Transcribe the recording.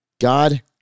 God